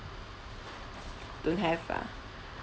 don't have ah